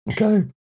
Okay